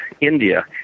India